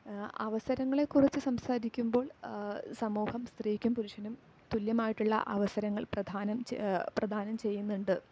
അവസരങ്ങളെ കുറിച്ച് സംസാരിക്കുമ്പോൾ സമൂഹം സ്ത്രീക്കും പുരുഷനും തുല്യമായിട്ടുള അവസരങ്ങൾ പ്രധാനം പ്രധാനം ചെയ്യുന്നുണ്ട്